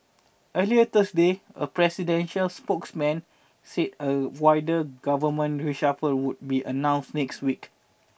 earlier Thursday a presidential spokesman said a wider government reshuffle would be announced next week